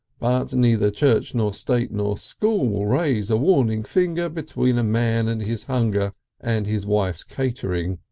but neither church nor state nor school will raise a warning finger between a man and his hunger and his wife's catering.